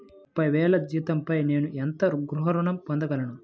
ముప్పై వేల జీతంపై నేను ఎంత గృహ ఋణం పొందగలను?